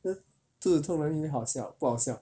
err 肚子痛哪里会好笑不好笑